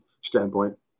standpoint